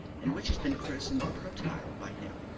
and which has been christened protyle by him.